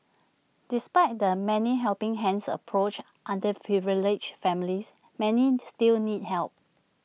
despite the 'many helping hands' approach underprivileged families many still need help